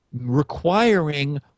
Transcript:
requiring